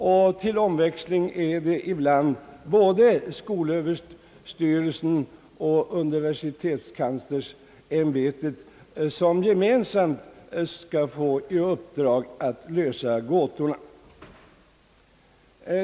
I andra fall är det till omväxling både skolöverstyrelsen och <:universitetskanslersämbetet som gemensamt skall få i uppdrag att lösa gåtorna.